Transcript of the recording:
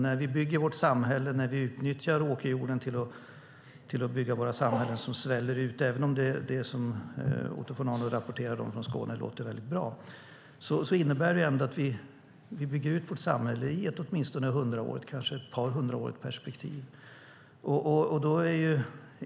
När vi bygger vårt samhälle och utnyttjar åkerjorden till att bygga våra samhällen som sväller ut - även om det Otto von Arnold rapporterade om från Skåne låter väldigt bra - innebär det att vi bygger ut samhället i ett åtminstone hundraårigt perspektiv eller i ett perspektiv på ett par hundra år.